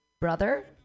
brother